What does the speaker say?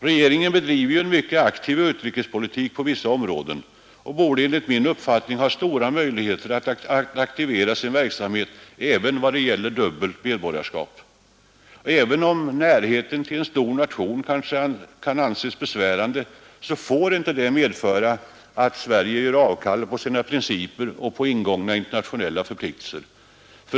Regeringen bedriver en mycket aktiv utrikespolitik på vissa områden och borde enligt min uppfattning ha stora möjligheter att aktivera sin verksamhet också vad det gäller dubbelt medborgarskap. Även om närheten till en stor nation kanske kan anses besvärande, får detta inte medföra att Sverige gör avkall på sina principer och på ingångna internationella förpliktelser.